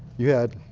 you had